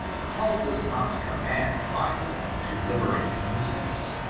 paul does not command philemon to liberate onesimus.